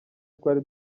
twari